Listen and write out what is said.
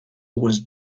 was